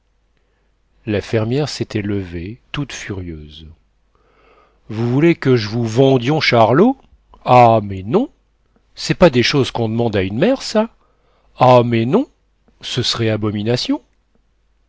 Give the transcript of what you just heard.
la fermière s'était levée toute furieuse vous voulez que j'vous vendions charlot ah mais non c'est pas des choses qu'on d'mande à une mère ça ah mais non ce s'rait une abomination